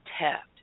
tapped